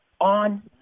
on